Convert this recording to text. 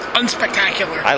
unspectacular